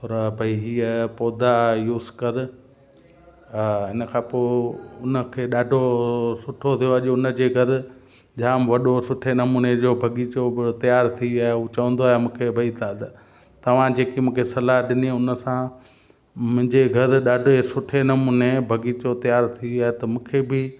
थोरा भई हीअ पौधा यूस कर इन खां पोइ उन खे ॾाढो सुठो थियो अॼु उन जे घर जाम वॾो सुठे नमूने जो बाग़ीचो बि तयार थी वियो आहे उहो चवंदो आहे मूंखे भई दादा तव्हां जेकी मूंखे सलाह ॾिनी उन सां मुंहिंजे घरु ॾाढे सुठे नमूने बाग़ीचो तयार थी वियो आहे त मूंखे बि